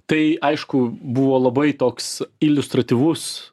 tai aišku buvo labai toks iliustratyvus